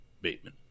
Bateman